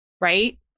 Right